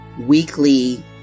weekly